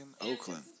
Oakland